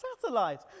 satellite